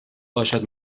باشد